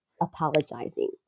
apologizing